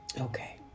Okay